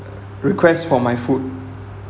request for my food